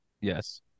yes